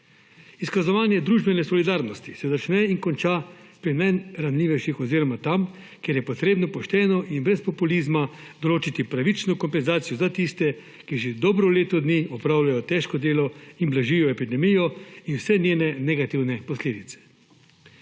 Izkazovanje družbene solidarnosti se začne in konča pri najranljivejših oziroma tam, kjer je potrebno pošteno in brez populizma določiti pravično kompenzacijo za tiste, ki že dobro leto dni opravljajo težko delo in blažijo epidemijo in vse njene negativne posledice.